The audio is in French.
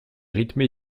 rythmé